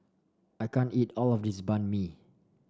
I can't eat all of this Banh Mi